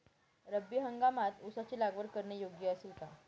रब्बी हंगामात ऊसाची लागवड करणे योग्य असेल का?